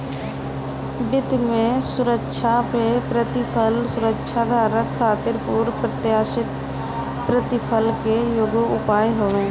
वित्त में सुरक्षा पअ प्रतिफल सुरक्षाधारक खातिर पूर्व प्रत्याशित प्रतिफल के एगो उपाय हवे